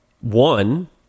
One